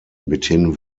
mithin